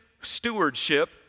stewardship